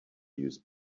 use